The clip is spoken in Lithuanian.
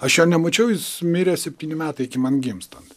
aš jo nemačiau jis mirė septyni metai iki man gimstant